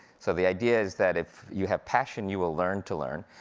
so the idea is that if you have passion, you will learn to learn,